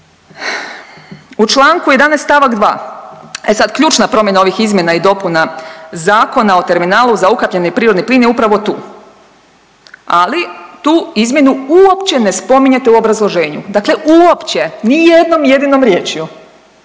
U članku 11. stavak 2. e sada ključna promjena ovih izmjena i dopuna Zakona o terminalu za ukapljeni prirodni plin je upravo tu. Ali tu izmjenu uopće ne spominjete u obrazloženju. Dakle, uopće ni jednom jedinom riječju.